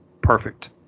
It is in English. Perfect